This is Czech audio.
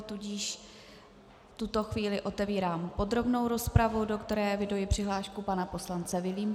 Tudíž v tuto chvíli otevírám podrobnou rozpravu, do které eviduji přihlášku pana poslance Vilímce.